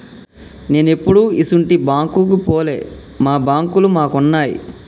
నేనెప్పుడూ ఇసుంటి బాంకుకు పోలే, మా బాంకులు మాకున్నయ్